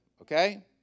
Okay